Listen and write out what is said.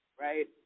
right